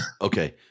Okay